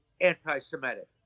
anti-Semitic